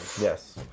Yes